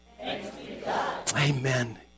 Amen